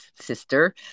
Sister